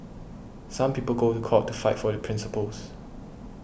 some people go to court to fight for their principles